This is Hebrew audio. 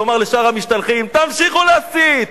תאמר לשאר המשתלחים: תמשיכו להסית,